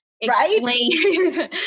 explain